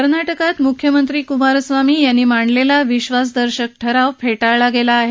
कर्नाटकात मुख्यमंत्री कुमार स्वामी यांनी मांडलेला विधासदर्शक ठराव फेटाळला गेला आहे